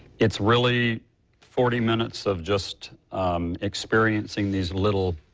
it's really forty minutes of just experiencing these little